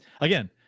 Again